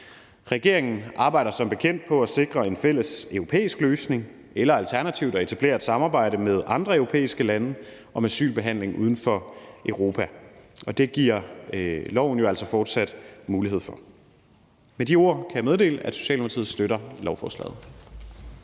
Regeringen arbejder som bekendt for at sikre en fælles europæisk løsning eller alternativt at etablere samarbejde med andre europæiske lande om asylbehandling uden for Europa. Og det giver loven jo altså fortsat mulighed for. Med de ord kan jeg meddele, at Socialdemokratiet støtter lovforslaget.